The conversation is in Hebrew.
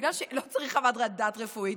בגלל שלא צריך חוות דעת רפואית,